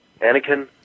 Anakin